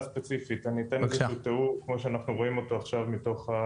אותו עכשיו מתוך העבודה בשטח עצמו.